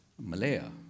Malaya